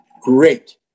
great